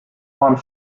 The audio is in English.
want